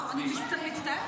אני מזמין,